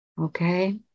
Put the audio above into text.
okay